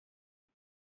are